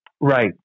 Right